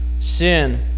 sin